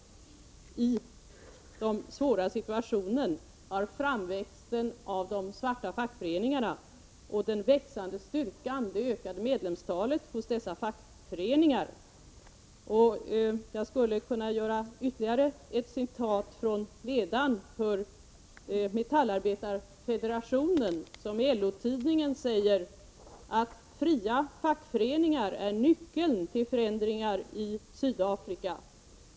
I den svåra situationen har ”svarta” fackföreningar vuxit fram och fått ett ökande medlemsantal. Låt mig också citera vad ledaren för Metallarbetarefederationen skriver i LO-tidningen: ”Fria fackföreningar är nyckeln till förändringar i Sydafrika.